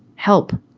help.